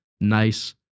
nice